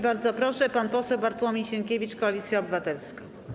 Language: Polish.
Bardzo proszę, pan poseł Bartłomiej Sienkiewicz, Koalicja Obywatelska.